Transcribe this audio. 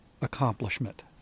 accomplishment